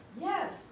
Yes